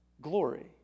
glory